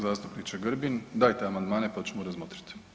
Zastupniče Grbin, dajte amandmane pa ćemo razmotriti.